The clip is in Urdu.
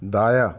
دایاں